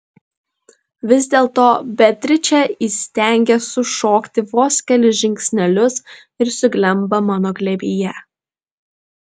vis dėlto beatričė įstengia sušokti vos kelis žingsnelius ir suglemba mano glėbyje